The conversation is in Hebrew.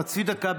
חצי דקה.